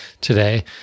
today